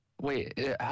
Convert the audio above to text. Wait